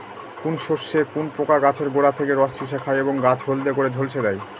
কোন শস্যে কোন পোকা গাছের গোড়া থেকে রস চুষে খায় এবং গাছ হলদে করে ঝলসে দেয়?